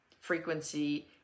frequency